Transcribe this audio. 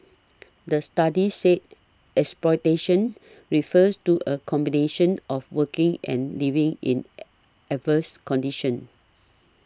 the study said exploitation refers to a combination of working and living in adverse conditions